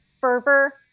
fervor